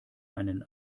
einen